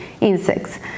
insects